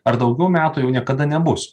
ar daugiau metų jau niekada nebus